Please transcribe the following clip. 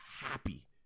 happy